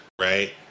right